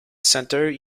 centre